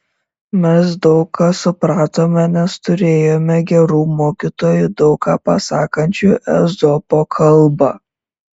mes daug ką supratome nes turėjome gerų mokytojų daug ką pasakančių ezopo kalba